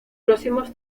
próximos